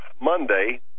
Monday